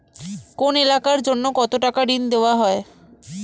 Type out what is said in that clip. কোন এলাকার জন্য কত টাকা ঋণ দেয়া হয়?